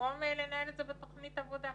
במקום לנהל את זה בתוכנית עבודה.